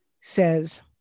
says